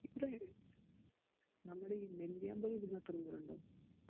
ഇവിടെ നമ്മുടെ ഈ നെല്ലിയാമ്പതി ഇവിടെന്ന് എത്ര ദൂരമുണ്ടാകും